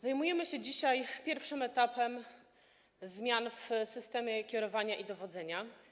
Zajmujemy się dzisiaj pierwszym etapem zmian w systemie kierowania i dowodzenia.